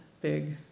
big